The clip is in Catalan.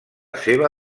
seva